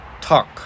talk